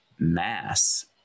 mass